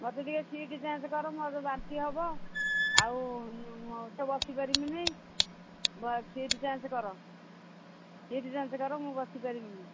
ମୋତେ ଟିକେ seat change କର ମୋ ବାନ୍ତି ହେବ ଆଉ ତ ବସିପାରବିନି ସିଟ୍ ଚେଞ୍ଜ୍ କର ସିଟ୍ ଚେଞ୍ଜ୍ କର ମୁଁ ବସିପାରିବିନି